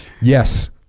yes